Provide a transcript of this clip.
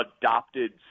adopted